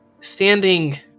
standing